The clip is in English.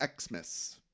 Xmas